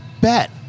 bet